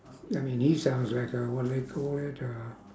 I mean he sounds like a what do they call it uh